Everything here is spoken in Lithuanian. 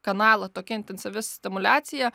kanalą tokia intensyvi stimuliacija